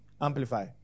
amplify